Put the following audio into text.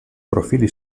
profili